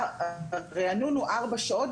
הריענון הוא 4 שעות,